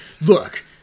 look